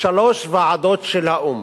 שלוש ועדות של האו"ם,